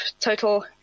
total